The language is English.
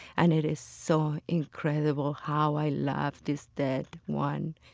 and it is so incredible how i love this dead one,